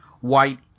white